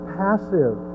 passive